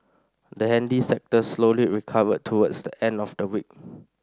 the handy sector slowly recovered towards the end of the week